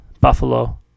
Buffalo